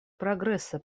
прогресса